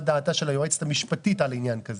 דעתה של היועצת המשפטית על העניין הזה.